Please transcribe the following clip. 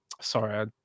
sorry